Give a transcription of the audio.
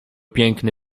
piękny